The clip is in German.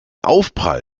aufprall